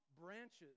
branches